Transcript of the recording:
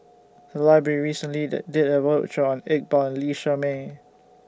The Library recently did did A roadshow on Iqbal Lee Shermay